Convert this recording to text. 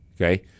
Okay